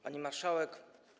Pani Marszałek!